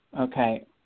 Okay